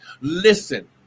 Listen